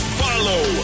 follow